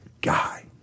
guy